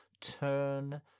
turn